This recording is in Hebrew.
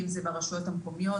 אם זה ברשויות המקומיות,